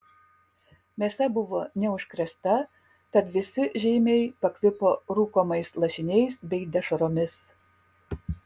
mėsa buvo neužkrėsta tad visi žeimiai pakvipo rūkomais lašiniais bei dešromis